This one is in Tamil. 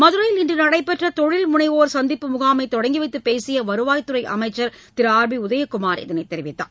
மதுரையில் இன்று நடைபெற்ற தொழில்முனைவோர் சந்திப்பு முகாமை தொடங்கிவைத்துப் பேசிய வருவாய் துறை அமைச்சர் திரு ஆர் பி உதயகுமார் இதனைத் தெரிவித்தார்